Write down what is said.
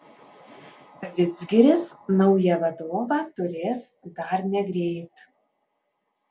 vidzgiris naują vadovą turės dar negreit